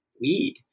weed